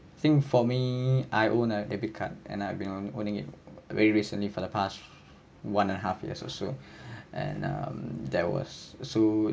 think for me I own a debit card and I've been owning it very recently for the past one and a half years or so and um there was so